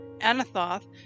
Anathoth